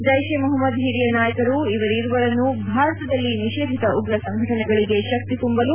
ಜ್ವೆಷ್ ಎ ಮೊಹಮ್ಮದ್ ಹಿರಿಯ ನಾಯಕರು ಇವರೀರ್ವರನ್ನು ಭಾರತದಲ್ಲಿ ನಿಷೇಧಿತ ಉಗ ಸಂಘಟನೆಗಳಿಗೆ ಶಕ್ತಿ ತುಂಬಲು